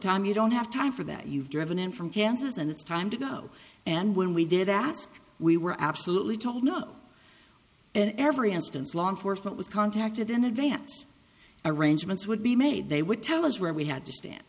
time you don't have time for that you've driven in from kansas and it's time to go and when we did ask we were absolutely told no and every instance law enforcement was contacted in advance arrangements would be made they would tell us where we had to stand